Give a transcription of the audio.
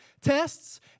tests